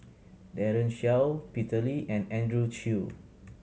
Daren Shiau Peter Lee and Andrew Chew